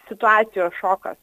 situacijos šokas